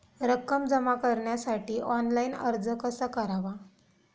रक्कम जमा करण्यासाठी ऑनलाइन अर्ज कसा करावा?